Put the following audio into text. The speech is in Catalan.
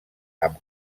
amb